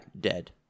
Dead